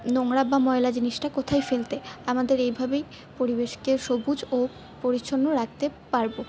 নোংরা বা ময়লা জিনিসটা কোথায় ফেলতে আমাদের এইভাবেই পরিবেশকে সবুজ ও পরিচ্ছন্ন রাখতে পারব